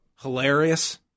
hilarious